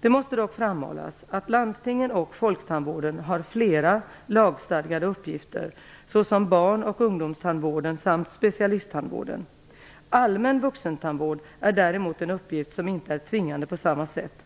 Det måste dock framhållas att landstingen och folktandvården har flera lagstadgade uppgifter såsom barn och ungdomstandvården samt specialisttandvården. Allmän vuxentandvård är däremot en uppgift som inte är tvingande på samma sätt.